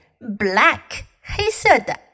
black,黑色的